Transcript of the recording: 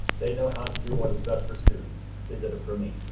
they know how to do what is best for students. they did it for me.